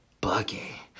buggy